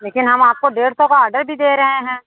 लेकिन हम आपको डेढ़ सौ का ऑर्डर भी दे रहे हैं